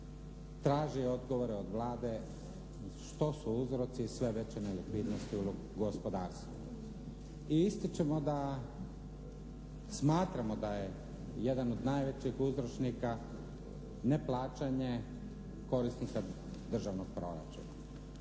traži odgovore od Vlade što su uzroci sve veće nelikvidnosti u gospodarstvu. I ističemo da, smatramo da je jedan od najvećih uzročnika neplaćanje korisnika državnog proračuna.